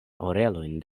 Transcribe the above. orelojn